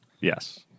Yes